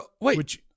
Wait